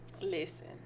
listen